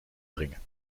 dringen